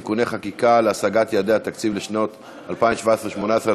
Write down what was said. (תיקוני חקיקה להשגת יעדי התקציב לשנות 2017 ו-2018),